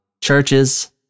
churches